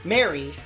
Mary